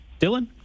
Dylan